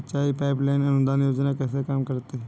सिंचाई pipeline अनुदान योजना कैसे काम करती है?